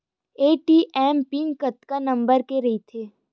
ATM PIN कतका number के रही थे?